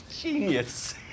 genius